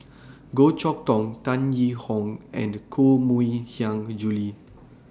Goh Chok Tong Tan Yee Hong and Koh Mui Hiang Julie